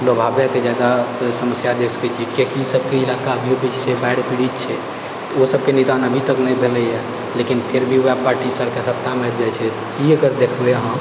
लोभावैके जादा समस्या देखि सकैत छी कीआकि ई सभकेँ इलाका बाढ़ि पीड़ित छै तऽ ओ सबके निदान अभी तक नहि भेलैए लेकिन फिर भी ओएह पार्टी सत्तामे आबि जाइत छै तऽ की एकर देखबै अहाँ